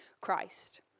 Christ